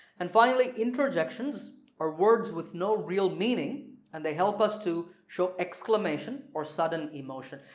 and finally interjections are words with no real meaning and they help us to show exclamation or sudden emotion.